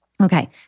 Okay